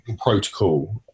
protocol